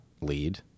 lead